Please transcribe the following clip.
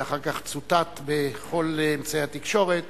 ואחר כך צוטט בכל אמצעי התקשורת.